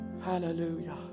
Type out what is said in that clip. Hallelujah